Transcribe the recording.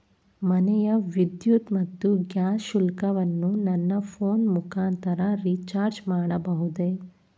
ಮನೆಯ ವಿದ್ಯುತ್ ಮತ್ತು ಗ್ಯಾಸ್ ಶುಲ್ಕವನ್ನು ನನ್ನ ಫೋನ್ ಮುಖಾಂತರ ರಿಚಾರ್ಜ್ ಮಾಡಬಹುದೇ?